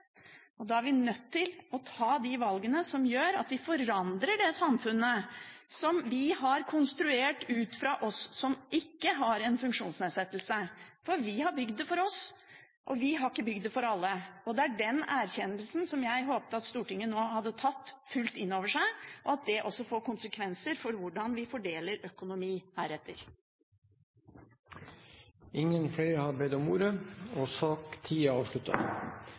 det. Da er vi nødt til å ta de valgene som gjør at vi forandrer det samfunnet som vi har konstruert ut fra oss som ikke har en funksjonsnedsettelse. Vi har bygd det for oss, vi har ikke bygd det for alle. Det er den erkjennelsen jeg hadde håpet at Stortinget nå hadde tatt fullt inn over seg, og at det også får konsekvenser for hvordan vi fordeler økonomi heretter. Flere har ikke bedt om ordet i sak nr. 10. Dette er